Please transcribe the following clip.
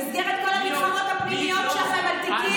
במסגרת כל המלחמות הפנימיות שלכם על תיקים?